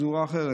פזורה אחרת.